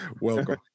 Welcome